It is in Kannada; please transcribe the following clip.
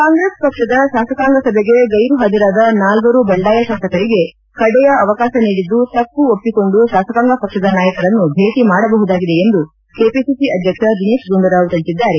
ಕಾಂಗ್ರೆಸ್ ಪಕ್ಷದ ಶಾಸಕಾಂಗ ಸಭೆಗೆ ಗೈರು ಹಾಜರಾದ ನಾಲ್ವರು ಬಂಡಾಯ ಶಾಸಕರಿಗೆ ಕಡೆಯ ಅವಕಾಶ ನೀಡಿದ್ದು ತಪ್ಪು ಒಪ್ಪಿಕೊಂಡು ಶಾಸಕಾಂಗ ಪಕ್ಷದ ನಾಯಕರನ್ನು ಭೇಟಿ ಮಾಡಬಹುದಾಗಿದೆ ಎಂದು ಕೆಪಿಸಿಸಿ ಅಧ್ಯಕ್ಷ ದಿನೇಶ್ ಗುಂಡೂರಾವ್ ಹೇಳದ್ದಾರೆ